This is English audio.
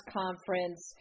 conference